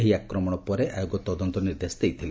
ଏହି ଆକ୍ରମଣ ପରେ ଆୟୋଗ ତଦନ୍ତ ନିର୍ଦ୍ଦେଶ ଦେଇଥିଲେ